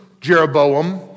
Jeroboam